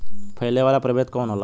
फैले वाला प्रभेद कौन होला?